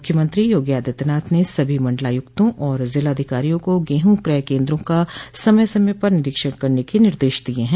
मुख्यमंत्री योगी आदित्यनाथ ने सभी मंडलायुक्तों और जिलाधिकारियों को गेहूँ क्रय केन्द्रों का समय समय पर निरीक्षण करने के निर्देश दिये हैं